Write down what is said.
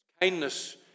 Kindness